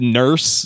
nurse